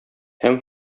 һәм